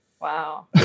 Wow